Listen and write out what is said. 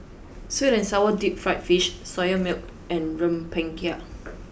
sweet and sour deep fried fish soya milk and rempeyek